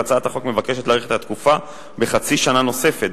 והצעת החוק מבקשת להאריך את התקופה בחצי שנה נוספת,